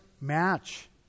match